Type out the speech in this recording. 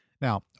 Now